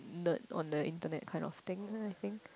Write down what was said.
nerd on the internet kind of thing ah I think